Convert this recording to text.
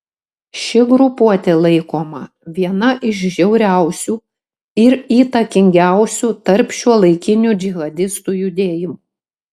ši grupuotė laikoma viena iš žiauriausių ir įtakingiausių tarp šiuolaikinių džihadistų judėjimų